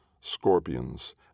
scorpions